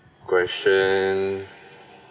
question